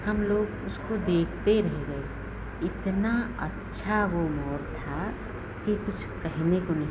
हम लोग उसको देखते रहे गए इतना अच्छा वह मोर था कि कुछ कहने को नहीं